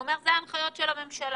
הוא אומר: אלו ההנחיות של הממשלה.